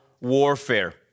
warfare